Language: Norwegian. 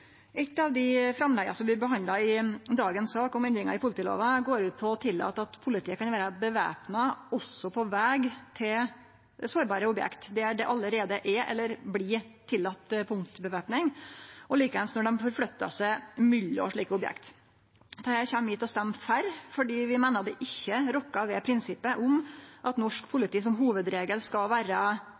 Eitt av dei framlegga vi behandlar i dagens sak om endringar i politilova, går ut på å tillate at politiet kan vere væpna også på veg til sårbare objekt der det allereie er eller blir tillate punktvæpning, og likeins når dei forflyttar seg mellom slike objekt. Dette kjem vi til å stemme for fordi vi meiner det ikkje rokkar ved prinsippet om at norsk politi som hovudregel skal